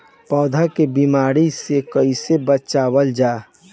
पौधा के बीमारी से कइसे बचावल जा?